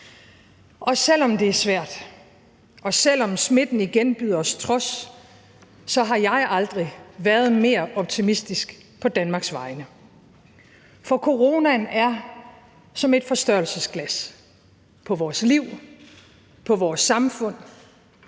og selv om det er svært, og selv om smitten igen byder os trods, så har jeg aldrig været mere optimistisk på Danmarks vegne. For coronaen er som et forstørrelsesglas på vores liv, på vores samfund.